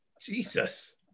Jesus